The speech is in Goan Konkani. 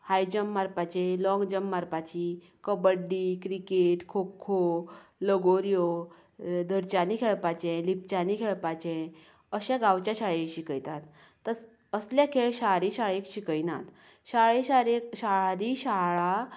हाय जंप मारपाची लाँग जंप मारपाची कबड्डी क्रिकेट खोखो लगोऱ्यो धरच्यांनी खेळपाचें लिपच्यांनी खेळपाचें अशें गांवचे शाळेंत शिकयतात तस असले खेळ शारी शाळेंत शिकयनात शारी शाळेंत शारी शाळा